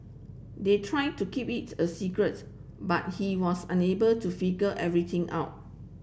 they tried to keep it a secrets but he was unable to figure everything out